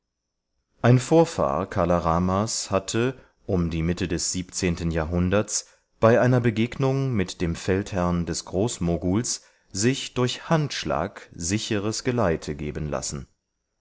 ein vorfahr kala ramas hatte um die mitte des siebzehnten jahrhunderts bei einer begegnung mit dem feldherrn des groß moguls sich durch handschlag sicheres geleite geben lassen